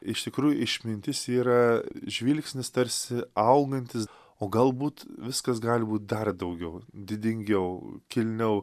iš tikrųjų išmintis yra žvilgsnis tarsi augantis o galbūt viskas gali būt dar daugiau didingiau kilniau